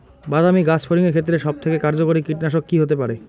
বাদামী গাছফড়িঙের ক্ষেত্রে সবথেকে কার্যকরী কীটনাশক কি হতে পারে?